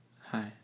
Hi